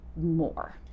more